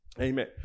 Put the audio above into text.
Amen